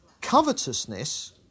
covetousness